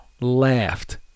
laughed